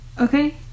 Okay